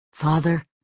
father